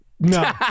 No